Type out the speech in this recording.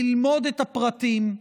ללמוד את הפרטים,